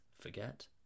forget